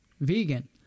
vegan